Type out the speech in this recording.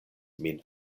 min